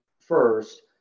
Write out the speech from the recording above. first